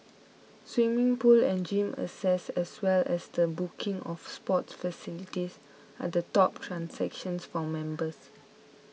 swimming pool and gym access as well as the booking of sports facilities are the top transactions for members